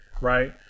right